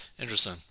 Interesting